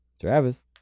Travis